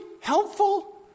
helpful